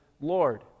Lord